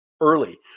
early